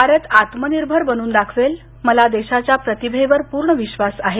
भारत आत्मनिर्भर बनून दाखवेल मला देशाच्या प्रतिभेवर पूर्ण विश्वास आहे